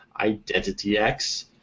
IdentityX